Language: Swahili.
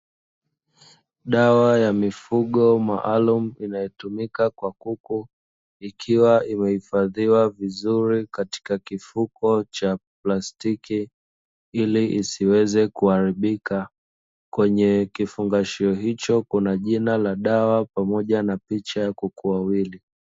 Dawa ya mifugo maalum inayotumika kwa kuku ikiwa imehifadhiwa vizuri katika kifuko cha plastiki ili isiweze kuharibika. Kwenye kifungashio hicho kuna jina la dawa pamoja na picha ya kuku wawili.